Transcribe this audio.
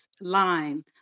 line